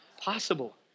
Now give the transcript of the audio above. Possible